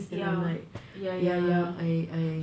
ya ya ya ya